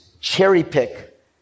cherry-pick